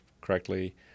correctly